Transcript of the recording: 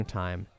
time